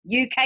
UK